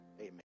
Amen